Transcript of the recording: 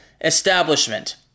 establishment